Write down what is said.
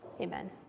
Amen